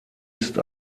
ist